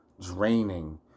draining